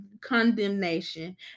condemnation